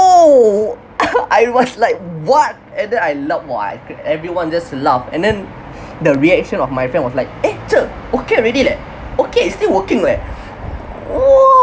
!ow! I was like what and then I looked !wah! everyone just laughed and then the reaction of my friend was like eh ~ cher okay already leh okay it's still working leh